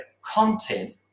content